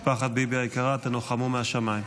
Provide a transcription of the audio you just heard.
משפחת ביבי היקרה, תנוחמו מהשמיים.